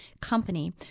company